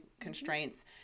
constraints